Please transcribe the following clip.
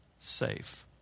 safe